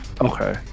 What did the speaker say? okay